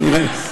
נראה.